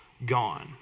gone